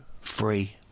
free